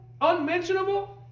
unmentionable